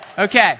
Okay